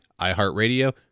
iHeartRadio